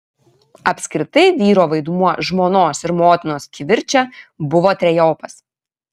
apskritai vyro vaidmuo žmonos ir motinos kivirče buvo trejopas